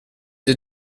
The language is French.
des